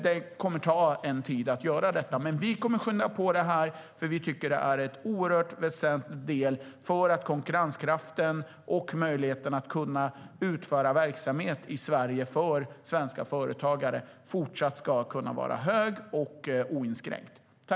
Det kommer att ta en tid att göra det, men vi kommer att skynda på det, för vi tycker att det är en oerhört väsentlig del för att konkurrenskraften och möjligheterna att utföra verksamhet i Sverige för svenska företagare fortsatt ska kunna vara höga och oinskränkta.